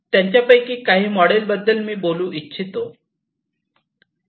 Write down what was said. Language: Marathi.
त्यांच्यापैकी काही मोडेल बद्दल मी बोलू इच्छितो